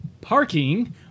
parking